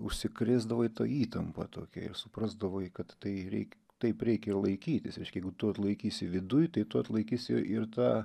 užsikrėsdavai ta įtampa tokia ir suprasdavai kad tai reikia taip reikia ir laikytis reiškia jeigu tu laikysi viduj tai tu atlaikysi ir tą